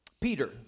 Peter